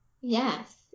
Yes